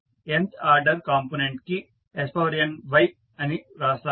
nth order component కి sny అని రాస్తాము